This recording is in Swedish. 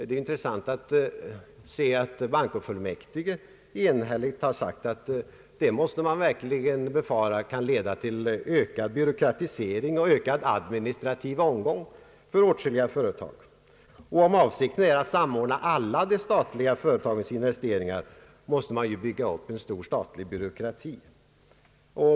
Det är intressant att konstatera att bankofullmäktige enhälligt har uttalat att man verkligen kan befara att det leder till ökad byråkratisering och ökad administration för åtskilliga företag. Om avsikten är att samordna alla de statliga företagens investeringar måste man ju bygga upp en stor statlig byråkrati.